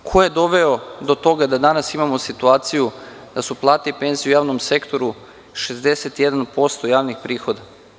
Ko je doveo do toga da danas imamo situaciju da su plate i penzije u javnom sektoru 61% javnih prihoda?